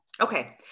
Okay